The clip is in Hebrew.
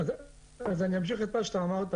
אני אמשיך את מה שאמרת.